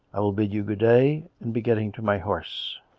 i will bid you good-day and be getting to my horse.